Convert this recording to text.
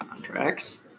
Contracts